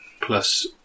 Plus